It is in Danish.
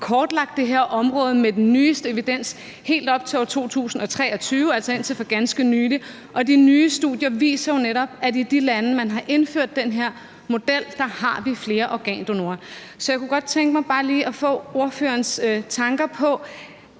kortlagt det her område med den nyeste evidens helt op til 2023 – altså indtil for ganske nylig – og de nye studier viser jo netop, at i de lande, hvor man har indført den her model, har vi flere organdonorer. Så jeg kunne bare godt tænke mig lige at få ordførerens tanker på,